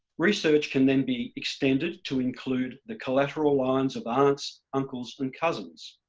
research can then be extended to include the collateral lines of aunts, uncles and cousins.